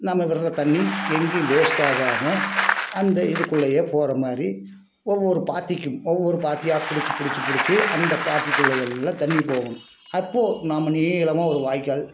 நம்ம விடுற தண்ணி எங்கேயும் வேஸ்ட் ஆகாமல் அந்த இதுக்குள்ளேயே போகிற மாதிரி ஒவ்வொரு பாத்திக்கும் ஒவ்வொரு பாத்தியாக பிடிச்சு பிடிச்சு பிடிச்சு அந்த பாத்திக்குள்ளேயெல்லாம் தண்ணி போகும் அப்போது நம்ம நீளமாக ஒரு வாய்க்கால்